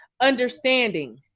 understanding